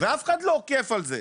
ואף אחד לא אוכף על זה,